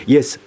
Yes